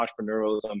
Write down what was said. entrepreneurialism